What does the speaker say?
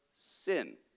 sin